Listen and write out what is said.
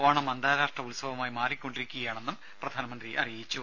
ഓണം അന്താരാഷ്ട്ര ഉത്സവമായി മാറിക്കൊണ്ടിരിക്കുകയാണെന്നും പ്രധാനമന്ത്രി അറിയിച്ചു